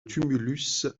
tumulus